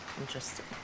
Interesting